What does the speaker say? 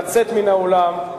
לצאת מן האולם,